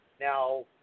Now